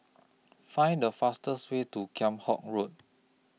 Find The fastest Way to Kheam Hock Road